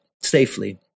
safely